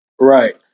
Right